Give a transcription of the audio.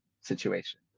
situation